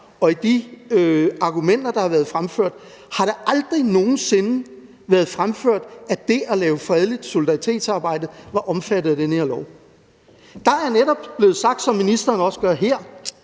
da vi behandlede det her første gang og siden, har det aldrig nogen sinde været fremført i argumenterne, at det at lave fredeligt solidaritetsarbejde var omfattet af den her lov. Der er netop blevet sagt, som ministeren også gør her,